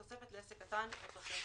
תוספת לעסק קטן או תוספת):